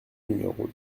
numéro